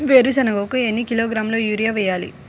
వేరుశనగకు ఎన్ని కిలోగ్రాముల యూరియా వేయాలి?